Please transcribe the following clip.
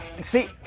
See